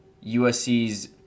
USC's